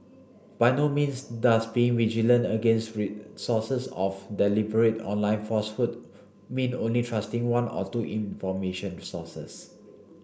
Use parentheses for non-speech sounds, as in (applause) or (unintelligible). by no means does being vigilant against (unintelligible) sources of deliberate online falsehood mean only trusting one or two information resources